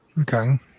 Okay